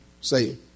say